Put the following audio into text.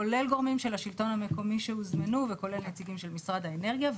כולל גורמים של השלטון המקומי שהוזמנו וכולל נציגים של משרד האנרגיה.